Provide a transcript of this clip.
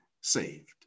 saved